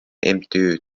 mtü